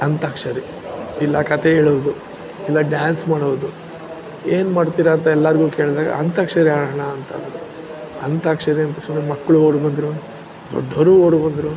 ಅಂತ್ಯಾಕ್ಷರಿ ಇಲ್ಲ ಕಥೆ ಹೇಳುವುದು ಇಲ್ಲ ಡ್ಯಾನ್ಸ್ ಮಾಡುವುದು ಏನ್ಮಾಡ್ತೀರಾ ಅಂತ ಎಲ್ಲರಿಗೂ ಕೇಳಿದಾಗ ಅಂತ್ಯಾಕ್ಷರಿ ಆಡೋಣ ಅಂತ ಅಂದರು ಅಂತ್ಯಾಕ್ಷರಿ ಅಂದ ತಕ್ಷಣ ಮಕ್ಕಳು ಓಡಿ ಬಂದರು ದೊಡ್ಡವರು ಓಡಿ ಬಂದರು